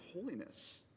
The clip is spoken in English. holiness